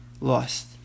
lost